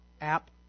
app